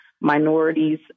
minorities